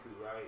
right